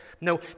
No